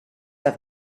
have